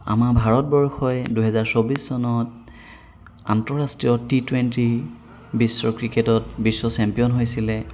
আমাৰ ভাৰতবৰ্ষই দুহেজাৰ চৌবিছ চনত আন্তঃৰাষ্ট্ৰীয় টি টুৱেণ্টি বিশ্ব ক্ৰিকেটত বিশ্ব চেম্পিয়ন হৈছিলে